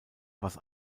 was